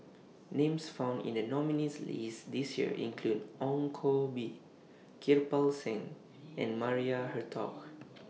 Names found in The nominees' list This Year include Ong Koh Bee Kirpal Singh and Maria Hertogh